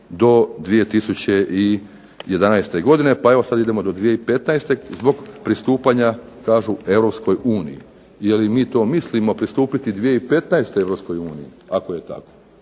do 2011. godine, pa sada idemo do 2015. zbog pristupanja Europskoj uniji. Je li to mi mislimo pristupiti 2015. Europskoj